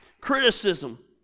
criticism